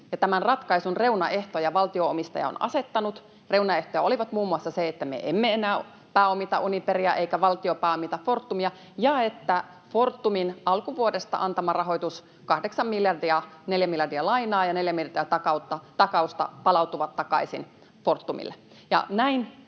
tämän ratkaisun reunaehtoja valtio-omistaja on asettanut. Reunaehtoja olivat muun muassa se, että me emme enää pääomita Uniperia eikä valtio pääomita Fortumia ja että Fortumin alkuvuodesta antama rahoitus, kahdeksan miljardia — neljä miljardia lainaa ja neljä miljardia takausta — palautuu takaisin Fortumille.